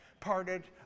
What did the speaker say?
Parted